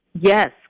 Yes